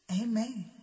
Amen